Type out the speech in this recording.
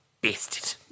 bastard